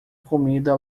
comida